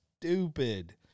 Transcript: stupid